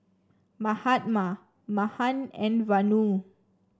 Mahatma Mahan and Vanu